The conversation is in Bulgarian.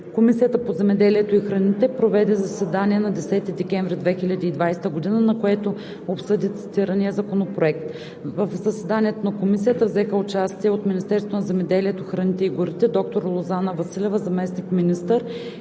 Комисията по земеделието и храните проведе заседание на 10 декември 2020 г., на което обсъди цитирания законопроект. В заседанието на комисията взеха участие: от Министерството на земеделието, храните и горите доктор Лозана Василева, заместник-министър,